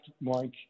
Mike